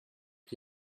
qui